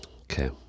Okay